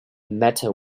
matter